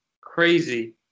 crazy